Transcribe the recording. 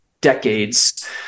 decades